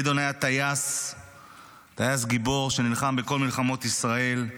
גדעון היה טייס גיבור שנלחם בכל מלחמות ישראל.